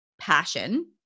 passion